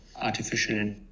artificial